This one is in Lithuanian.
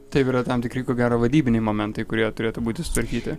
taip yra tam tikri ko gero vadybiniai momentai kurie turėtų būti sutvarkyti